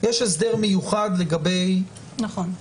יש הסדר מיוחד לגבי --- נכון.